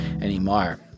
anymore